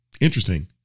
Interesting